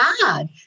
God